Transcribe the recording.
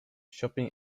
shopping